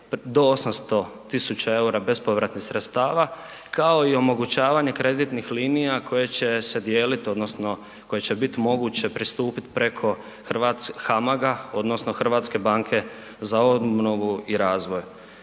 do 800 000 eura bespovratnih sredstava kao i omogućavanje kreditnih linija koje će se dijeliti odnosno koje će biti moguće pristupiti HAMAG-a odnosno HBOR-a.